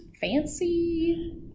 fancy